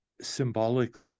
symbolically